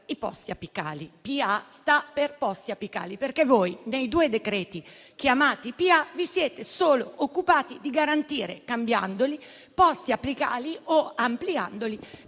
i posti apicali. PA sta per posti apicali, perché voi nei due decreti-legge chiamati PA vi siete solo occupati di garantire, cambiandoli o ampliandoli,